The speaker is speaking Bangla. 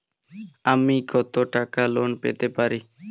আমি কত টাকা লোন পেতে পারি?